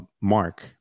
mark